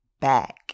back